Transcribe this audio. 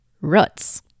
roots